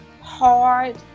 hard